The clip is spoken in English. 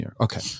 okay